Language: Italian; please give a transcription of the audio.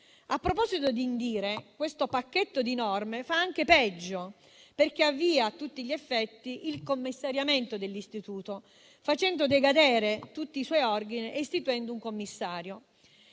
A proposito di INDIRE, questo pacchetto di norme fa anche peggio, perché avvia a tutti gli effetti il commissariamento dell'Istituto, facendo decadere tutti i suoi organi e istituendo un commissario.